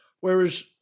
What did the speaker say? whereas